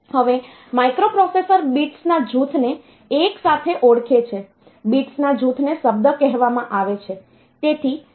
હવે માઇક્રોપ્રોસેસર બિટ્સના જૂથને એકસાથે ઓળખે છે બિટ્સના જૂથને શબ્દ કહેવામાં આવે છે